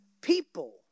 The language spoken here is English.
people